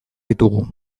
ditugu